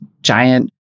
giant